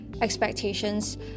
expectations